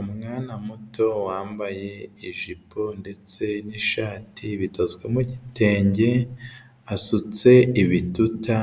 Umwana muto wambaye ijipo ndetse n'ishati bidozwe mu gitenge, asutse ibituta,